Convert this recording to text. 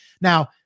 Now